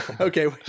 okay